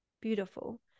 beautiful